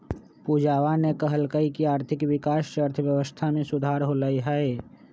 पूजावा ने कहल कई की आर्थिक विकास से अर्थव्यवस्था में सुधार होलय है